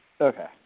Okay